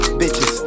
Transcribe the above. bitches